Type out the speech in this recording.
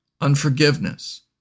unforgiveness